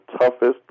toughest